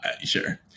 sure